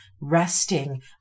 Resting